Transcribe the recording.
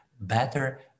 better